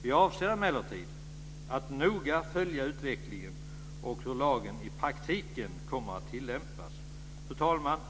Vi avser emellertid att noga följa utvecklingen och se hur lagen i praktiken kommer att tillämpas. Fru talman!